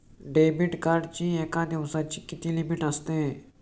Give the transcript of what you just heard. Debit कार्डची एका दिवसाची किती लिमिट असते?